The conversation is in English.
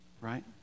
right